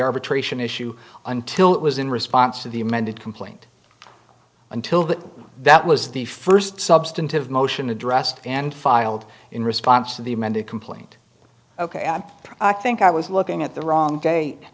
arbitration issue until it was in response to the amended complaint until that that was the first substantive motion addressed and filed in response to the amended complaint ok i think i was looking at the wrong